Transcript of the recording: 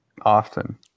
often